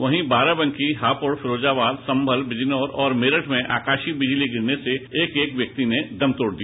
वहीं बाराबंकी हापुड़ फिरोजाबाद संभल बिजनौर और मेरठ में आकाशीय बिजली गिरने से एक एक व्यक्ति ने दम तोड़ दिया